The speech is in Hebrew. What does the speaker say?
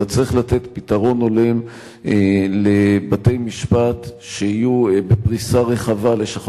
אלא צריך לתת פתרון הולם שבתי-משפט יהיו בפריסה רחבה,